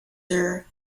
sir